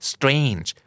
Strange